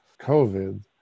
COVID